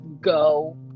go